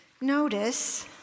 Notice